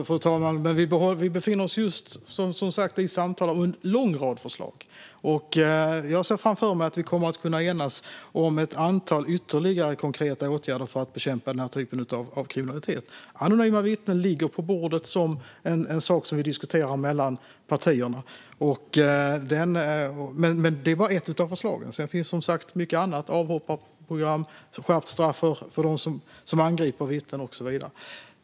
Fru talman! Vi befinner oss som sagt just nu i samtal om en lång rad förslag. Jag ser framför mig att vi kommer att kunna enas om ett antal ytterligare konkreta åtgärder för att bekämpa den här typen av kriminalitet. Frågan om anonyma vittnen ligger på bordet som en sak som vi diskuterar mellan partierna. Det är bara ett av förslagen. Det finns som sagt mycket annat: avhopparprogram, skärpt straff för dem som angriper vittnen och så vidare.